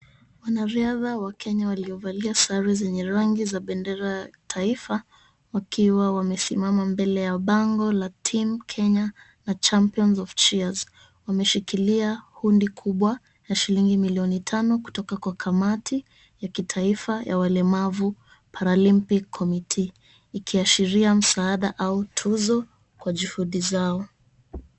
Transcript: Wanariadha wa Kenya waliovalia sare za rangi ya bendera ya taifa wakiwa wamesimama mbele ya bango la Team Kenya na Champions of Cheers . Wameshikilia hundi kubwa la shilingi milioni tano kutoka kwa kamati ya kitaifa ya walemavu Paralympic Commitee ikiashiria msaada au tuzo kwa juhudi zao.